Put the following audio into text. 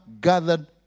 gathered